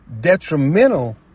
Detrimental